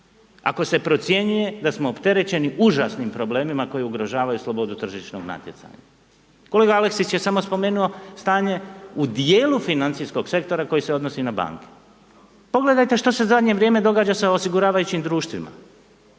ako se procjenjuje da smo opterećeni užasnim problemima koji ugrožavaju slobodu tržišnog natjecanja? Kolega Aleksić je samo spomenuo stanje u dijelu financijskog sektora koji se odnosi na banke. Pogledajte što se u zadnje vrijeme događa u osiguravajućim društvima,